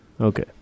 okay